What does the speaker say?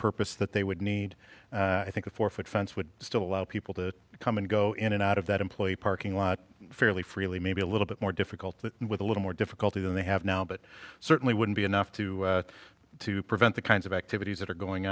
purpose that they would need i think a four foot fence would still allow people to come and go in and out of that employee parking lot fairly freely maybe a little bit more difficult with a little more difficulty than they have now but certainly wouldn't be enough to to prevent the kinds of activities that are going